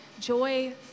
joy